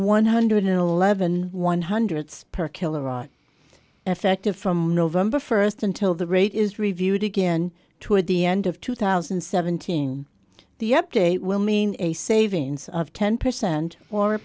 one hundred eleven one hundred per kilowatt effective from november first until the rate is reviewed again toward the end of two thousand and seventeen the update will mean a savings of ten percent or